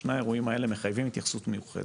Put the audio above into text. מחייבים התייחסות מיוחדת.